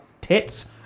tits